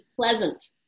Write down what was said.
pleasant